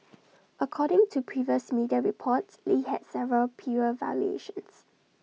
according to previous media reports lee had several prior violations